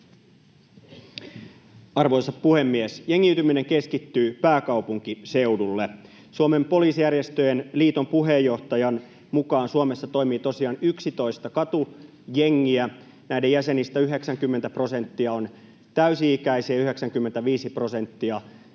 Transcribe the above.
Arvoisa puhemies! Jengiytyminen keskittyy pääkaupunkiseudulle. Suomen Poliisijärjestöjen Liiton puheenjohtajan mukaan Suomessa toimii tosiaan 11 katujengiä. Näiden jäsenistä 90 prosenttia on täysi-ikäisiä ja 95 prosenttia hänen